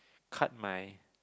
cut my